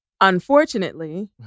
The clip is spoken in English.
unfortunately